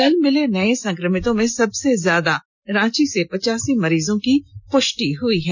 कल मिले नए संक्रमितों में सबसे ज्यादा रांची से पचासी मरीजों की पुष्टि हुई है